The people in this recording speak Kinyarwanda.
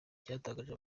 cyatangaje